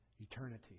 eternity